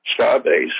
Starbase